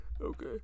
Okay